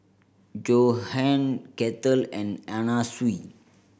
Johan Kettle and Anna Sui